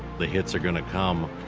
the hits are going to come.